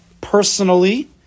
personally